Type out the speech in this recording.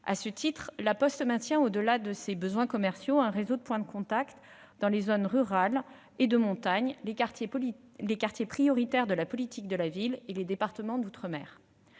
À ce titre, La Poste maintient, au-delà de ses besoins commerciaux, un réseau de points de contact dans les zones rurales et de montagne, les quartiers prioritaires de la politique de la ville et les départements d'outre-mer.